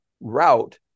route